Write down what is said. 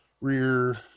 rear